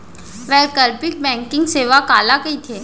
वैकल्पिक बैंकिंग सेवा काला कहिथे?